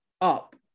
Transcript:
up